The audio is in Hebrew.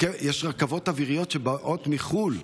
יש רכבות אוויריות שמגיעות מחו"ל,